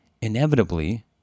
inevitably